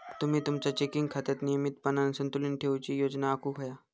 तुम्ही तुमचा चेकिंग खात्यात नियमितपणान संतुलन ठेवूची योजना आखुक व्हया